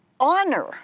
Honor